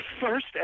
first